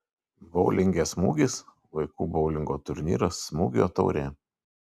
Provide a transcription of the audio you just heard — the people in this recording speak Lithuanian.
boulinge smūgis vaikų boulingo turnyras smūgio taurė